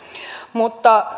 mutta